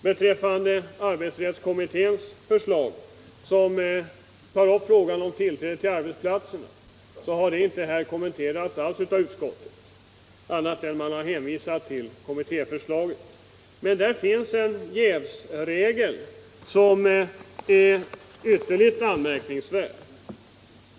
Frågan om tillträde till arbetsplatserna, som tas upp i arbetsrättskommitténs förslag, har inte alls kommenterats av utskottet. Man har bara hänvisat till kommittéförslaget. Här finns det emellertid en jävsregel, som är ytterligt anmärkningsvärd.